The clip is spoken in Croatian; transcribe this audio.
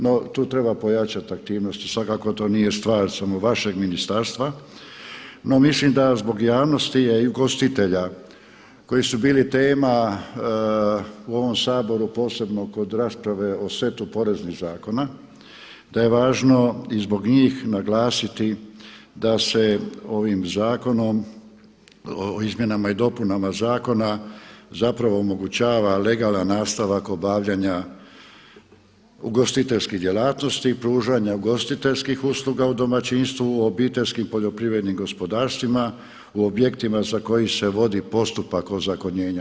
No, tu treba pojačati aktivnost, svakako to nije stvar samo vašeg ministarstva, no mislim da zbog javnosti i ugostitelja koji su bili tema u ovom Saboru posebno kod rasprave o setu poreznih zakona da je važno i zbog njih naglasiti da se ovim zakonom, izmjenama i dopunama zakona zapravo omogućava legalan nastavak obavljanja ugostiteljskih djelatnosti, pružanja ugostiteljskih usluga u domaćinstvu, obiteljskim poljoprivrednim gospodarstvima, u objektima za koji se vodi postupak ozakonjenja.